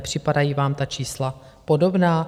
Nepřipadají vám ta čísla podobná?